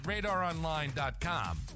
RadarOnline.com